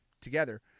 together